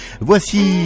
Voici